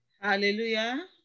hallelujah